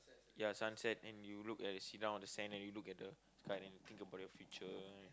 yeah sunset and you look at sit down on the sand and you look at the sky then you think about the future